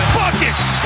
buckets